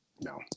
no